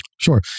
Sure